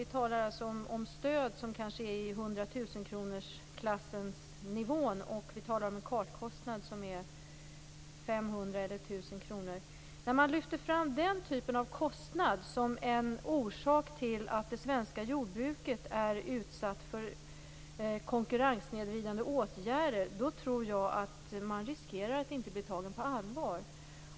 Vi talar om stöd på hundratusenkronorsnivån, och vi talar om en kartkostnad som är 500 eller 1 000 kr. När man lyfter fram den typen av kostnad som en orsak till att det svenska jordbruket är utsatt för konkurrenssnedvridande åtgärder tror jag att man riskerar att inte bli tagen på allvar.